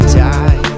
die